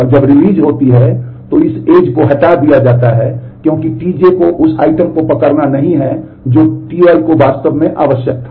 और जब रिलीज होती है तो इस एज को हटा दिया जाता है क्योंकि Tj को उस आइटम को पकड़ना नहीं है जो Ti को वास्तव में आवश्यक था